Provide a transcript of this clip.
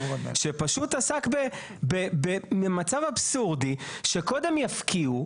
שפשוט עסק במצב אבסורדי שקודם יפקיעו.